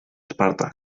esparta